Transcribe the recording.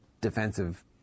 defensive